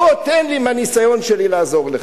בוא, תן לי עם הניסיון שלי לעזור לך,